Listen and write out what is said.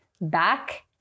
back